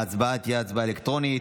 ההצבעה תהיה הצבעה אלקטרונית.